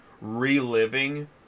reliving